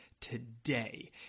today